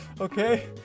okay